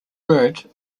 word